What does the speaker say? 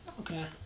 Okay